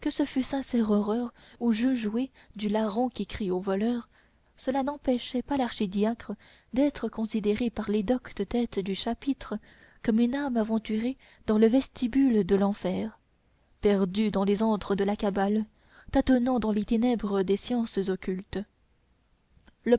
ce fût sincère horreur ou jeu joué du larron qui crie au voleur cela n'empêchait pas l'archidiacre d'être considéré par les doctes têtes du chapitre comme une âme aventurée dans le vestibule de l'enfer perdue dans les antres de la cabale tâtonnant dans les ténèbres des sciences occultes